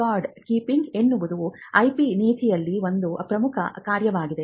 record keeping ಎನ್ನುವುದು IP ನೀತಿಯಲ್ಲಿ ಒಂದು ಪ್ರಮುಖ ಕಾರ್ಯವಾಗಿದೆ